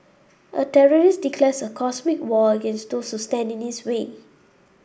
a terrorist declares a cosmic war against those who stand in his way